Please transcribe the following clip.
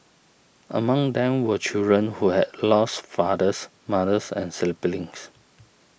among them were children who had lost fathers mothers and siblings